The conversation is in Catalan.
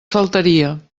faltaria